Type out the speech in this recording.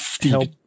help